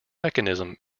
mechanism